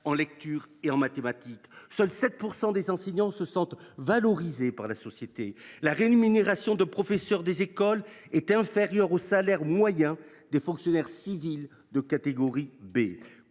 en lecture et en mathématiques ? Seuls 7 % des enseignants se considèrent comme valorisés par la société ; la rémunération des professeurs des écoles est inférieure au salaire moyen des fonctionnaires civils de catégorie B